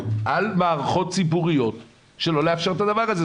על מערכות ציבוריות שלא לאשר את הדבר הזה.